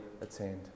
attained